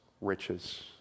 riches